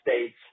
States